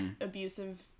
abusive